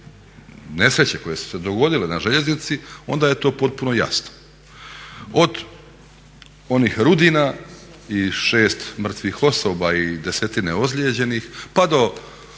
nesreće koje su se dogodile na željeznici onda je to potpuno jasno od onih Rudina i 6 mrtvih osoba i desetine ozlijeđenih pa do